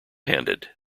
handed